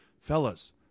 Fellas